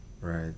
right